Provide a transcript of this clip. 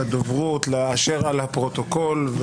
לדוברות לאשר על הפרוטוקול,